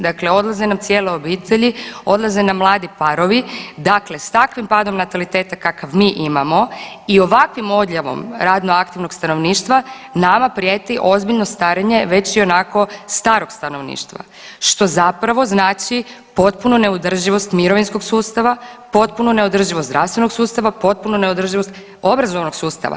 Dakle, odlaze nam cijele obitelji, odlaze nam mladi parovi, dakle s takvim padom nataliteta kakav mi imamo i ovakvim odljevom radno aktivnog stanovništava nama prijeti ozbiljno starenje već ionako starog stanovništva što zapravo znači potpunu neodrživost mirovinskog sustava, potpunu neodrživost zdravstvenog sustava, potpunu neodrživost obrazovnog sustava.